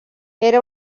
era